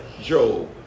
Job